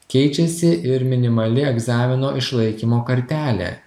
keičiasi ir minimali egzamino išlaikymo kartelė